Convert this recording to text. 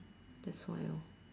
that's why orh